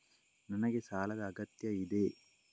ನನಗೆ ಸಾಲದ ಅಗತ್ಯ ಇದೆ?